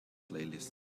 playlist